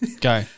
go